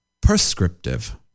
prescriptive